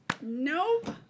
Nope